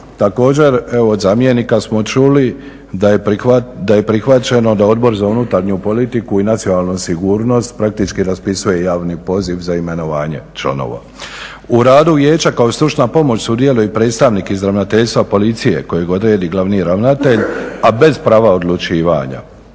Također evo od zamjenika smo čuli da je prihvaćeno da Odbor za unutarnju politiku i nacionalnu sigurnost praktički raspisuje javni poziv za imenovanje članova. U radu vijeća kao i stručna pomoć sudjeluje i predstavnik iz Ravnateljstva policije kojeg odredi glavni ravnatelj, a bez prava odlučivanja.